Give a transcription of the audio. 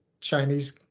Chinese